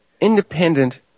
independent